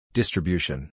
distribution